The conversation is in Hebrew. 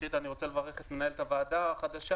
ראשית אני רוצה לברך את מנהלת הוועדה החדשה.